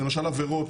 למשל, עבירות